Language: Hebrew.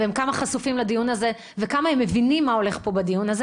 כמה הם חשופים לדיון הזה וכמה הם מבינים מה הולך בדיון הזה